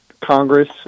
congress